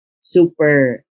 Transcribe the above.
super